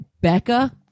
Becca